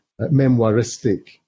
memoiristic